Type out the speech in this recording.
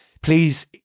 please